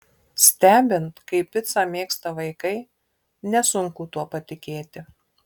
stebint kaip picą mėgsta vaikai nesunku tuo patikėti